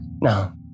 No